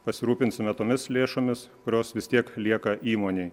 pasirūpinsime tomis lėšomis kurios vis tiek lieka įmonėj